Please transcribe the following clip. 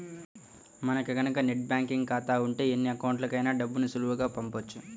మనకి గనక net banking ఖాతా ఉంటే ఎన్ని అకౌంట్లకైనా డబ్బుని సులువుగా పంపొచ్చు